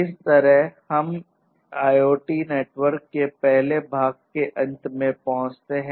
इस तरह हम आईओटी नेटवर्क के पहले भाग के अंत में पहुंचते है